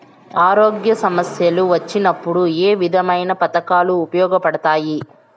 ఆరోగ్య సమస్యలు వచ్చినప్పుడు ఏ విధమైన పథకాలు ఉపయోగపడతాయి